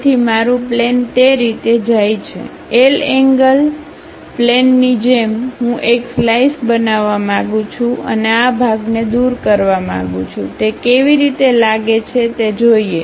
તેથી મારું પ્લેન તે રીતે જાય છે L એંગલ L એંગલ પ્લેનની જેમ હું એક સ્લાઈસ બનાવવા માંગું છું અને આ ભાગને દૂર કરવા માંગું છું તે કેવી રીતે લાગે છે તે જોઈએ